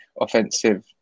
offensive